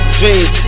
dreams